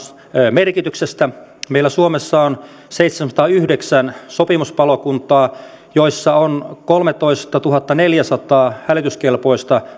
merkityksestä meillä suomessa on seitsemänsataayhdeksän sopimuspalokuntaa joissa on kolmetoistatuhattaneljäsataa hälytyskelpoista